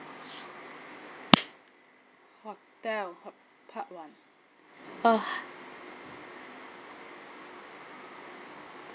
hotel part one uh